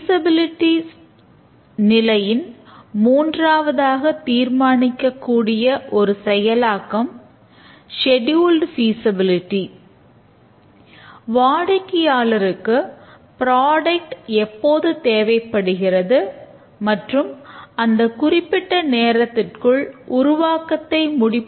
feasibility study